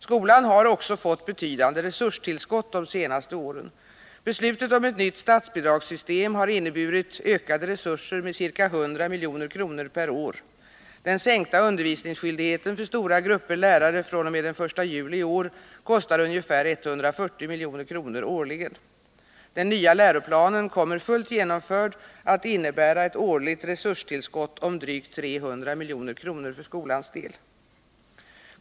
Skolan har också fått betydande resurstillskott de senaste åren. Beslutet om ett nytt statsbidragssystem har inneburit ökade resurser med ca 100 milj.kr. per år. Den sänkta undervisningsskyldigheten för stora grupper lärare fr.o.m. den I juli i år kostar ungefär 140 milj.kr. årligen. Den nya läroplanen kommer fullt genomförd att innebära ett årligt resurstillskott om drygt 300 milj.kr. för skolans del.